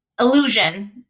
illusion